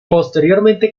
posteriormente